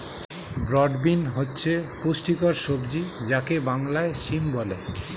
broad bean হচ্ছে পুষ্টিকর সবজি যাকে বাংলায় সিম বলে